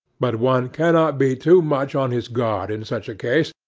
but one cannot be too much on his guard in such a case,